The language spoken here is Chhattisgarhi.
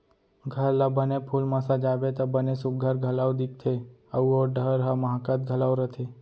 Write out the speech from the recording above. घर ला बने फूल म सजाबे त बने सुग्घर घलौ दिखथे अउ ओ ठहर ह माहकत घलौ रथे